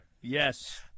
yes